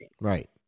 Right